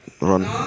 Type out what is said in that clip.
run